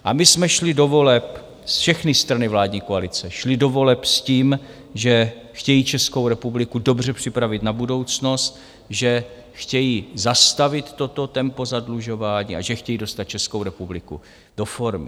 A my jsme šli do voleb, všechny strany vládní koalice šly do voleb s tím, že chtějí Českou republiku dobře připravit na budoucnost, že chtějí zastavit toto tempo zadlužování a že chtějí dostat Českou republiku do formy.